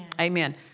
Amen